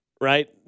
right